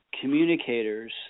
communicators